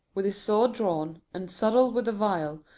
with his sword drawn, and subtle with a vial,